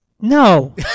No